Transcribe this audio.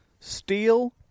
Steel